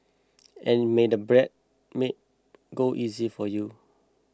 and may the bridesmaid go easy for you